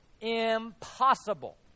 Impossible